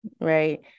Right